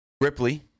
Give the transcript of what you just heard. Ripley